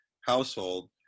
household